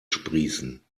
sprießen